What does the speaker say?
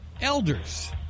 elders